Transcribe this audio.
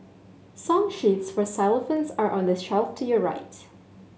song sheets for xylophones are on the shelf to your right